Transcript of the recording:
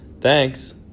Thanks